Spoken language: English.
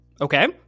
Okay